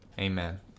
Amen